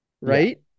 Right